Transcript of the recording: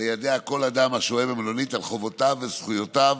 ליידע כל אדם השוהה במלונית על חובותיו וזכויותיו,